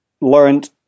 learned